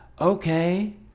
okay